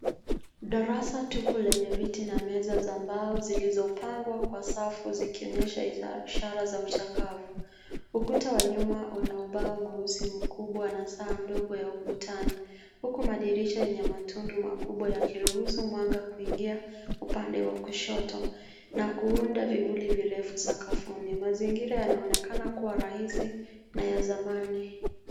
Darasa tupu lenye viti na meza za mbao zilizopangwa kwa safu zikionyesha isa- ishara za uchakavu. Ukuta wa nyuma una ubao mweusi mkubwa na saa ndogo ya ukutani huku madirisha yenye matundu makubwa yakiruhusu mwanga kuingia upande wa kushoto na kuunda vivuli virefu sakafuni. Mazingira yanaonekana kuwa rahisi na ya zamani.